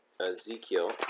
Ezekiel